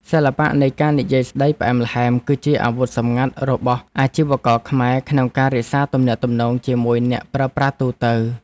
សិល្បៈនៃការនិយាយស្ដីផ្អែមល្ហែម គឺជាអាវុធសម្ងាត់របស់អាជីវករខ្មែរក្នុងការរក្សាទំនាក់ទំនងជាមួយអ្នកប្រើប្រាស់ទូទៅ។